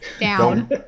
down